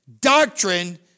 Doctrine